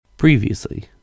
previously